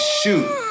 shoot